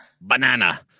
banana